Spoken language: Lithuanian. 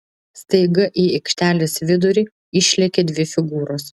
staiga į aikštelės vidurį išlėkė dvi figūros